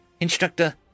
Instructor